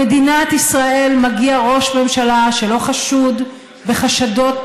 למדינת ישראל מגיע ראש ממשלה שלא חשוד בפלילים,